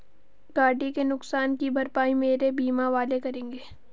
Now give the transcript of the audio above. गाड़ी के नुकसान की भरपाई मेरे बीमा वाले करेंगे